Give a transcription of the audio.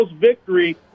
victory